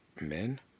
men